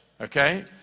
Okay